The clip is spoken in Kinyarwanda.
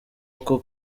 uko